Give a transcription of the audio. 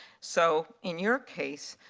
so in your case,